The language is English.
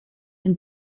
and